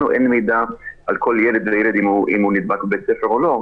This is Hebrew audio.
לנו אין מידע על כל ילד וילד אם הוא נדבק בבית ספר או לא.